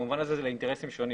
במובן הזה אלה אינטרסים שונים.